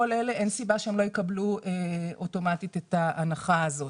שלא יקבלו אוטומטית את ההנחה הזאת.